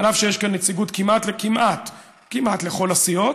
אף שיש כאן נציגות כמעט לכל הסיעות,